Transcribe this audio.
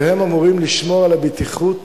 והם אמורים לשמור על הבטיחות